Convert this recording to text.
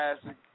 classic